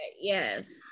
Yes